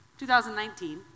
2019